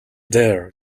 there